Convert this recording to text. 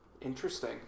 Interesting